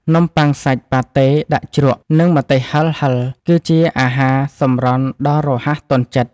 នំបុ័ងសាច់ប៉ាតេដាក់ជ្រក់ និងម្ទេសហិរៗ គឺជាអាហារសម្រន់ដ៏រហ័សទាន់ចិត្ត។